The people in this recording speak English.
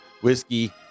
whiskey